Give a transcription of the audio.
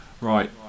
Right